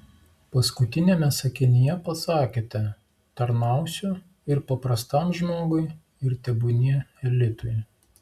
paskutiniame sakinyje pasakėte tarnausiu ir paprastam žmogui ir tebūnie elitui